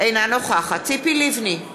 אינה נוכחת ציפי לבני,